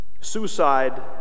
Suicide